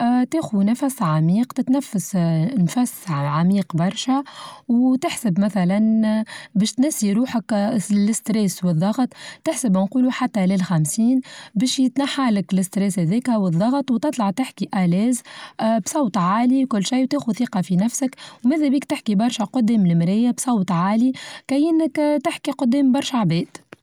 آآ تاخذ نفس عميق تتنفس آآ نفس عميق برشا وتحسب مثلا باش تنسي روحك الستريس والظغط تحسب ونقولوا حتى للخمسين باش يتنحى لك الستريس هذيكا والظغط وتطلع تحكى ألذ بصوت عالي وكل شي وتاخد ثقة في نفسك وماذا بيك تحكي برشا قدام المرايا بصوت عالي كاي أنك تحكي قدام برشا عباد.